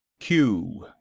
q.